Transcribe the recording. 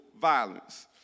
violence